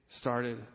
started